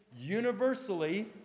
universally